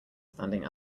standing